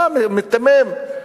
בא, מיתמם.